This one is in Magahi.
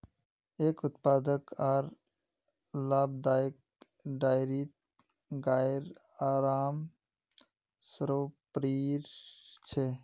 एक उत्पादक आर लाभदायक डेयरीत गाइर आराम सर्वोपरि छ